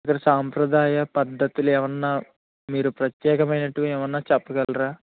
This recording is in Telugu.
ఇక్కడ సాంప్రదాయ పద్ధతులు ఏమైనా మీరు ప్రత్యేకమైనటువంటివి ఏమైనా చెప్పగలరా